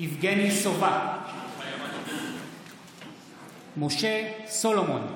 יבגני סובה, מתחייב אני משה סולומון,